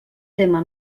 tema